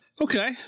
Okay